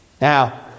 Now